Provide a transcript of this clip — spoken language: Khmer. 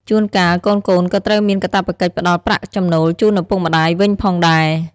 ជួនកាល កូនៗក៏ត្រូវមានកាតព្វកិច្ចផ្ដល់ប្រាក់ចំណូលជូនឪពុកម្ដាយវិញផងដែរ។